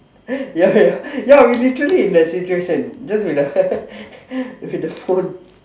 ya ya ya we literally in the situation just with the with the phone